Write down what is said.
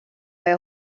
bei